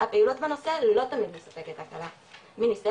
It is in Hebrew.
הפעילות בנושא לא תמיד מספקת הקלה מניסיון